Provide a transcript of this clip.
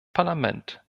parlament